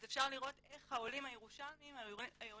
אז אפשר לראות איך העולים החדשים שהגיעו